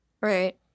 Right